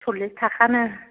सल्लिस थाखानो